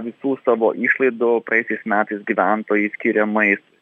visų savo išlaidų praėjusiais metais gyventojai skyrė maistui